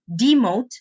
demote